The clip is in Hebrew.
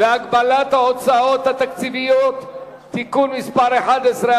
והגבלת ההוצאה התקציבית (תיקון מס' 11),